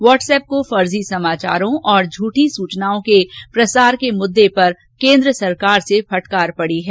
what's app को फर्जी समाचारों और झूठी सूचनाओं के प्रसार के मुद्दे पर भारत सरकार से फटकार पड़ी है